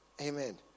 Amen